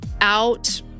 out